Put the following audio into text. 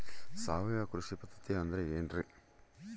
ಸಾವಯವ ಕೃಷಿ ಪದ್ಧತಿ ಅಂದ್ರೆ ಏನ್ರಿ?